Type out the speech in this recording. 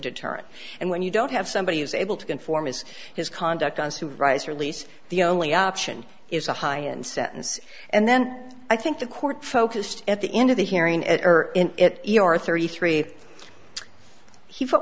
deterrent and when you don't have somebody who's able to conform is his conduct on supervisor lease the only option is a high end sentence and then i think the court focused at the end of the hearing it or in it or thirty three he